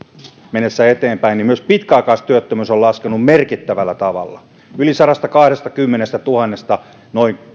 mennessä eteenpäin myös pitkäaikaistyöttömyys on laskenut merkittävällä tavalla yli sadastakahdestakymmenestätuhannesta noin